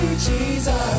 Jesus